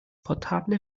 portable